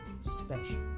special